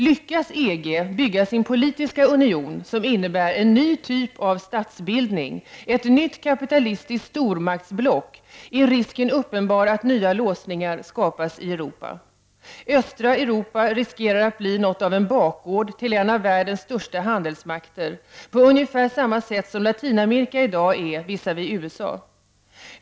Lyckas EG bygga sin politiska union, som innebär en ny typ av statsbildning, ett nytt kapitalistiskt stormaktsblock, är risken uppenbar att nya låsningar skapas i Europa. Östra Europa riskerar att bli något av en bakgård till en av världens största handelsmakter, på ungefär samma sätt som Latinamerika i dag är visavi USA.